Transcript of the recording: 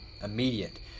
immediate